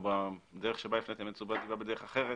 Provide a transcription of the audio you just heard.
בדרך שבה הפניתם את תשומת לבה בדרך אחרת